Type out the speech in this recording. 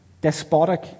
despotic